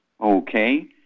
Okay